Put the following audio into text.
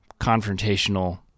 confrontational